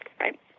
right